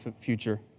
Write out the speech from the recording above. future